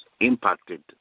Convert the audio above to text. impacted